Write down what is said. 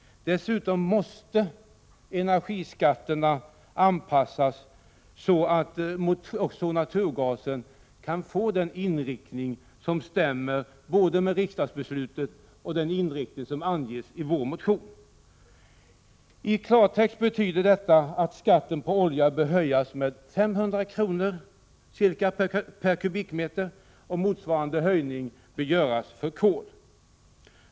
Dessutom måste energiskatterna anpassas så att naturgasens användning kan få den inriktning som stämmer både med riksdagsbeslutet och med den inriktning som anges i vår motion. I klartext betyder detta att skatten på olja bör höjas med 500 kr. per kubikmeter och att motsvarande skattehöjning bör göras för kol.